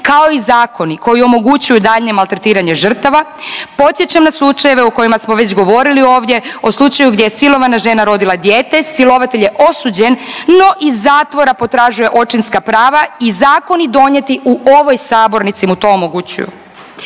kao i zakoni koji omogućuju daljnje maltretiranje žrtava. Podsjećam na slučajeve o kojima smo već govorili ovdje, o slučaju gdje je silovana žena rodila dijete, silovatelj je osuđen, no iz zatvora potražuje očinska prava i zakoni donijeti u ovoj sabornici mu to omogućuju.